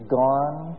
gone